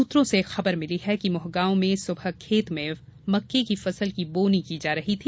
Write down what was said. सूत्रों से खबर मिली है कि मोहगांव में सुबह खेत में मक्के की फसल की बौवनी की जा रही थी